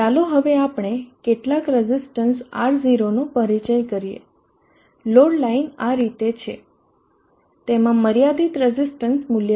ચાલો હવે આપણે કેટલાક રઝીસ્ટન્સ R0 નો પરિચય કરીએ લોડ લાઇન આ રીતે છે તેમાં મર્યાદિત રઝીસ્ટન્સ મૂલ્ય છે